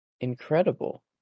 Incredible